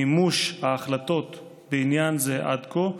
מימוש ההחלטות בעניין זה עד כה.